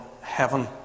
heaven